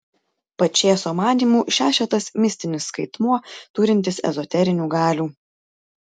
pačėso manymu šešetas mistinis skaitmuo turintis ezoterinių galių